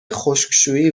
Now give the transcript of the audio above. خشکشویی